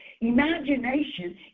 imagination